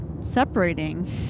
separating